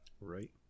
Right